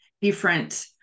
different